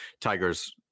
Tiger's